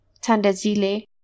Tandazile